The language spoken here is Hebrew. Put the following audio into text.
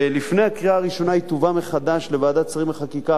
ולפני הקריאה הראשונה היא תובא מחדש לוועדת שרים לחקיקה,